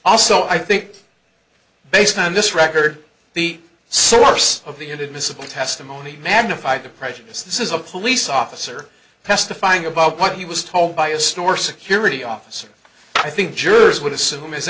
also i think based on this record the source of the inadmissible testimony magnified the pressure is this is a police officer testifying about what he was told by a store security officer i think jurors would assume is